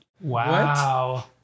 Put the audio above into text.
Wow